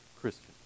Christian